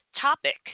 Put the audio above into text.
topic